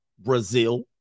Brazil